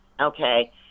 okay